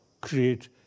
create